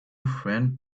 friend